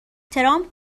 ترامپ